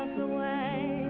the way